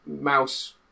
mouse